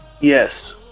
Yes